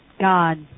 god